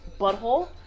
butthole